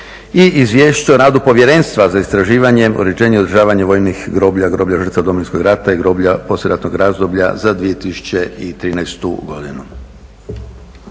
i izvješće o radu Povjerenstva za istraživanje, uređenje i održavanje voljnih groblja, groblja žrtava Domovinskog rata i groblja poslijeratnog razdoblja za 2013. godinu.